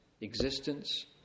existence